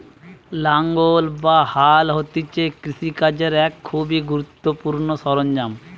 লাঙ্গল বা হাল হতিছে কৃষি কাজের এক খুবই গুরুত্বপূর্ণ সরঞ্জাম